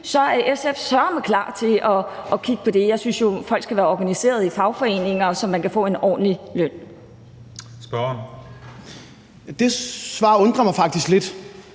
SF søreme klar til at kigge på det. Jeg synes jo, folk skal være organiseret i fagforeninger, så de kan få en ordentlig løn. Kl. 14:13 Den fg. formand